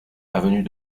avenue